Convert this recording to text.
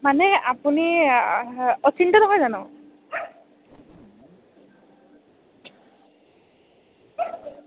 মানে আপুনি অচিন্ত নহয় জানো